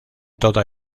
toda